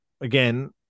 again